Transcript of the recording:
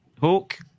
Hawk